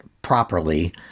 properly